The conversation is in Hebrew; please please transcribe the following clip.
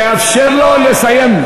נא לאפשר לו לסיים.